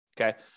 Okay